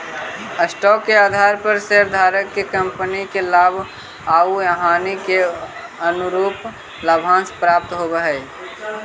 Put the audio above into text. stock के आधार पर शेयरधारक के कंपनी के लाभ आउ हानि के अनुरूप लाभांश प्राप्त होवऽ हई